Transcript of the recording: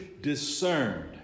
discerned